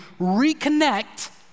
reconnect